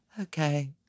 Okay